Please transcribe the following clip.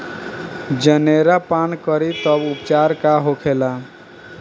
जनेरा पान करी तब उपचार का होखेला?